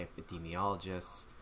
epidemiologists